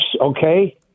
Okay